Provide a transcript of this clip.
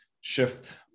shift